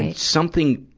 and something,